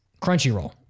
Crunchyroll